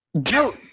Dude